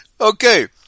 Okay